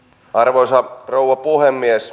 arvoisa rouva puhemies